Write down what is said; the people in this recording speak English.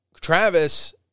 Travis